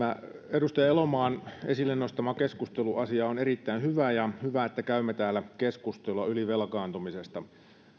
edustaja elomaan esille nostama keskusteluasia on erittäin hyvä ja on hyvä että käymme täällä keskustelua ylivelkaantumisesta